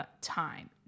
time